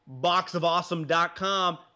BoxOfAwesome.com